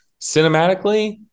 Cinematically